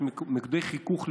יש מוקדי חיכוך לפעמים,